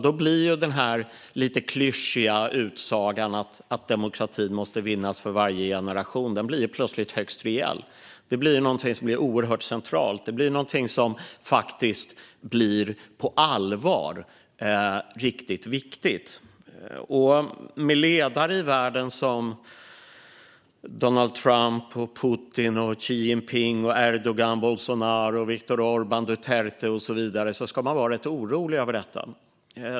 Då blir ju den här lite klyschiga utsagan att demokratin måste vinnas för varje generation plötsligt högst reell och oerhört central. Det blir någonting som på allvar blir riktigt viktigt. Med ledare i världen som Donald Trump, Putin, Xi Jinping, Erdogan, Bolsonaro, Viktor Orbán, Duterte med flera ska man vara rätt orolig över detta.